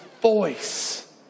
voice